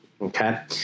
Okay